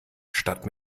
statt